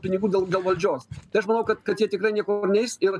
pinigų dėl valdžios tai aš manau kad kad jie tikrai niekur neis ir